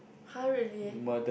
[huh] really